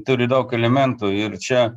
turi daug elementų ir čia